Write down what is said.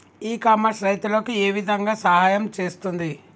ఇ commerce రైతులకు ఏ విధంగా సహాయం చేస్తుంది?